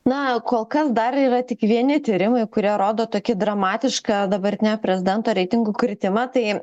na kol kas dar yra tik vieni tyrimai kurie rodo tokį dramatišką dabartinio prezidento reitingų kritimą tai